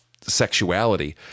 sexuality